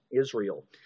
Israel